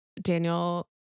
daniel